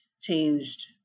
changed